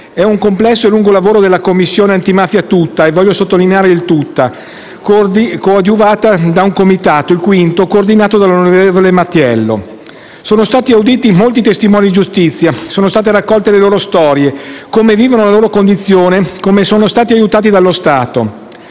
un complesso e lungo lavoro della Commissione antimafia tutta (desidero sottolineare questo), coadiuvata dal quinto comitato coordinato dall'onorevole Mattiello. Sono stati auditi molti testimoni di giustizia, sono state raccolte le loro storie: come vivono la loro condizione, come sono stati aiutati dallo Stato.